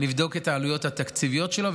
לבדוק את העלויות התקציביות שלו.